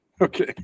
Okay